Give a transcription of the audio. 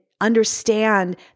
understand